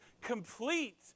complete